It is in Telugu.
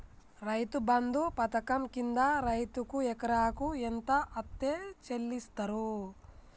రైతు బంధు పథకం కింద రైతుకు ఎకరాకు ఎంత అత్తే చెల్లిస్తరు?